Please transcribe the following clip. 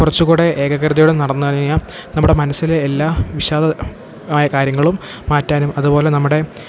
കുറച്ചു കൂടി ഏകാഗ്രതയോടെ നടന്നു കഴിഞ്ഞാൽ നമ്മുടെ മനസ്സിലെ എല്ലാ വിഷാദ ആയ കാര്യങ്ങളും മാറ്റാനും അതു പോലെ നമ്മുടെ